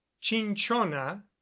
chinchona